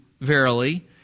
verily